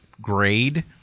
grade